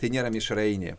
tai nėra mišrainė